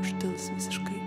užtils visiškai